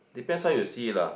depends how you see it lah